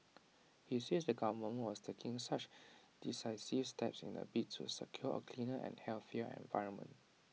he says the government was taking such decisive steps in A bid to secure A cleaner and healthier environment